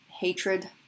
hatred